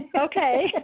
Okay